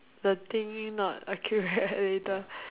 the thingy not accurate later